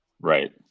Right